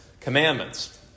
commandments